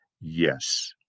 yes